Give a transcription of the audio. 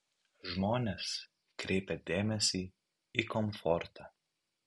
žmonės kreipia dėmesį į komfortą